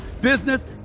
business